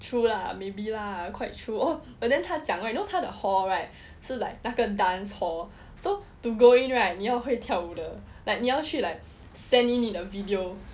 true lah maybe lah quite true oh but then 他讲 right you know 他的 hall right 是 like 那个 dance hall so to go in right 你要会跳舞 like 你要去 like send in 你的 video